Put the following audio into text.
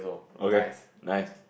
okay nice